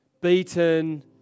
beaten